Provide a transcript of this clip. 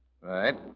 Right